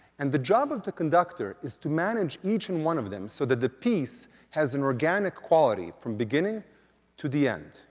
and the job of the conductor is to manage each and one of them so that the piece has an organic quality, from beginning to the end.